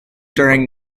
during